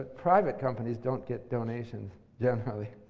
private companies don't get donations generally.